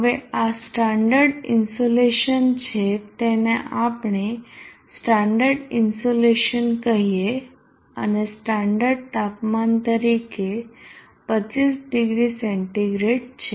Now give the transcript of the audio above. હવે આ standard insolation છે તેને આપણે સ્ટાન્ડર્ડ ઇન્સોલેશન કહીએ અને સ્ટાન્ડર્ડ તાપમાન તરીકે 25 ડીગ્રી સેન્ટીગ્રેડ છે